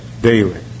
daily